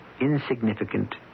insignificant